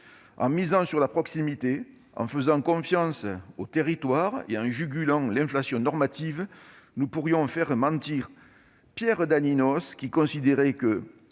En misant sur la proximité, en faisant confiance aux territoires et en jugulant l'inflation normative, nous pourrions faire mentir Pierre Daninos, qui considérait que,